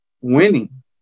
winning